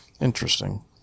Interesting